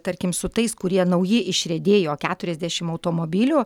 tarkim su tais kurie nauji išriedėjo keturiasdešimt automobilių